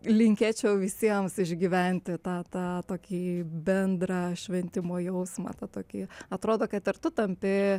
linkėčiau visiems išgyventi tą tą tokį bendrą šventimo jausmą tą tokį atrodo kad ir tu tampi